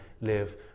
live